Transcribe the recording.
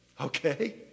okay